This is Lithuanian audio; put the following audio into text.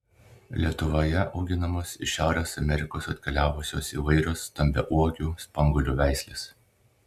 lietuvoje auginamos iš šiaurės amerikos atkeliavusios įvairios stambiauogių spanguolių veislės